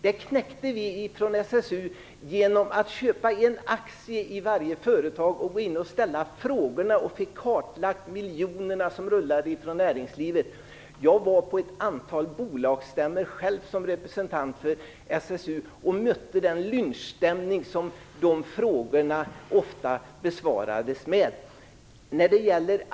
Det knäckte vi från SSU genom att köpa en aktie i varje företag och gå in och ställa frågor. Vi fick kartlagt miljonerna som rullade från näringslivet. Jag var på ett antal bolagsstämmor själv som representant för SSU och mötte ofta en lynchstämning när frågorna besvarades.